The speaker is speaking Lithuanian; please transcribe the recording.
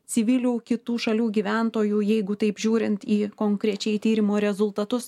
civilių kitų šalių gyventojų jeigu taip žiūrint į konkrečiai tyrimo rezultatus